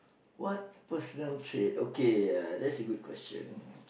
what personal traits okay uh that's a good question